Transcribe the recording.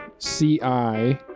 CI